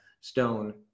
Stone